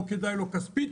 לא כדאי לו כספית,